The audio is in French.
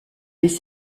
les